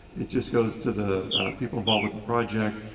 it just goes to the people involved with the project,